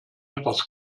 etwas